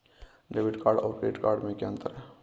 Debit card और credit card में क्या अंतर है?